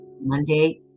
Monday